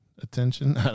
Attention